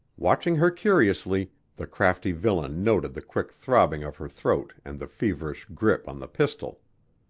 watching her curiously, the crafty villain noted the quick throbbing of her throat and the feverish grip on the pistol.